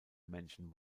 menschen